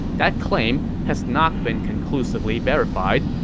that claim has not been conclusively verified,